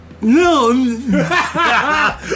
No